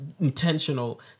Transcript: intentional